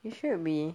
yup should be